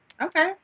Okay